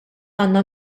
għandna